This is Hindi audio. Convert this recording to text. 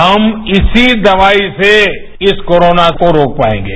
हम इसी दवाई से इस कोरोना को रोक पाएंगे